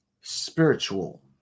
spiritual